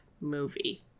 movie